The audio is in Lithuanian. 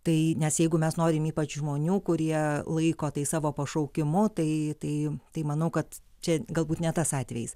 tai nes jeigu mes norim ypač žmonių kurie laiko tai savo pašaukimu tai tai tai manau kad čia galbūt ne tas atvejis